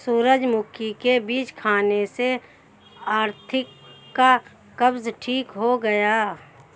सूरजमुखी के बीज खाने से सार्थक का कब्ज ठीक हो गया